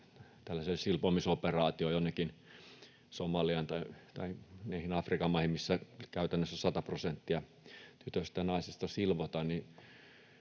tällaiseen silpomisoperaatioon jonnekin Somaliaan tai niihin Afrikan maihin, missä käytännössä sata prosenttia tytöistä ja naisista silvotaan.